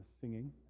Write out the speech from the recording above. singing